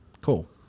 cool